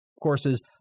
courses –